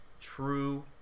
true